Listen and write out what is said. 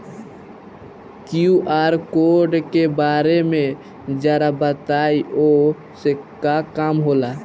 QR code के बारे में जरा बताई वो से का काम होला?